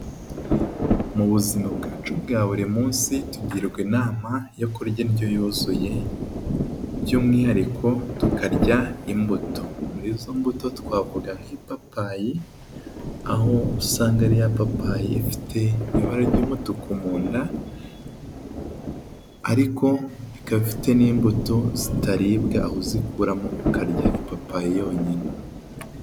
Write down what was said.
Mu buzima bwacu bwa buri munsi tugirwa inama yo kurya indyo yuzuye, by'umwihariko tukarya imbuto, muri izo mbuto twavuga nk'ipapayi, aho usanga ari ya papayi ifite ibara ry'umutuku mu nda, ariko ikaba ifite n'imbuto zitaribwa aho uzikuramo ukarya ipapayi yonyine.